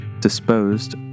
disposed